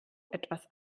etwas